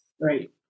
Right